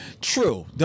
True